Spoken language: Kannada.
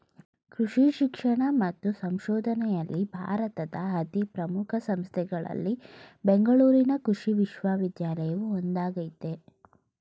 ಕೃಷಿ ಶಿಕ್ಷಣ ಮತ್ತು ಸಂಶೋಧನೆಯಲ್ಲಿ ಭಾರತದ ಅತೀ ಪ್ರಮುಖ ಸಂಸ್ಥೆಗಳಲ್ಲಿ ಬೆಂಗಳೂರಿನ ಕೃಷಿ ವಿಶ್ವವಿದ್ಯಾನಿಲಯವು ಒಂದಾಗಯ್ತೆ